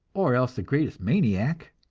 or else the greatest maniac.